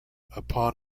upon